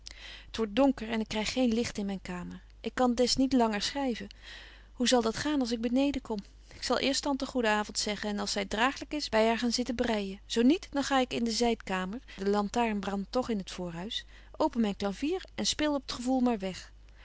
t wordt donker en ik kryg geen licht in myn kamer ik kan des niet langer schryven hoe zal dat gaan als ik beneden kom ik zal eerst tante goeden avond zeggen en als zy draaglyk is by haar gaan zitten breijen zo niet dan ga ik in de zydkamer de lantaarn brandt toch in het voorhuis open myn clavier en speel op t gevoel maar weg